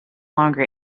longer